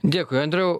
dėkui andriau